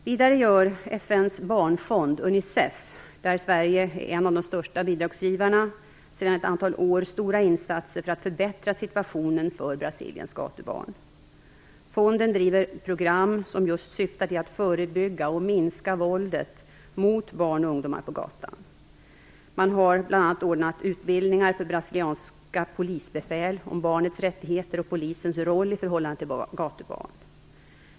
Vidare gör FN:s barnfond Unicef, där Sverige är en av de största bidragsgivarna, sedan ett antal år stora insatser för att förbättra situationen för Brasiliens gatubarn. Fonden driver program som just syftar till att förebygga och minska våldet mot barn och ungdomar på gatan. Man har bl.a. ordnat utbildningar för brasilianska polisbefäl om barnets rättigheter och polisens roll i förhållande till gatubarn.